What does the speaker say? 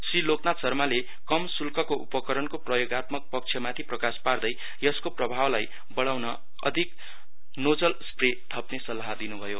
श्री लोकनाथ शर्माले कम शुल्कको उपकरणको प्रयोगात्मक पक्षमाथि प्रकास पार्दै यसको प्रभावलाई बढ़ाउन अधिक नोजल स्प्रे थप्ने सल्लाह दिनुभयो